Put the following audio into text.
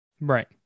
right